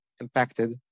impacted